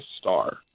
star